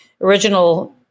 original